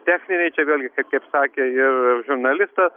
techniniai čia vėlgi kaip sakė žurnalistas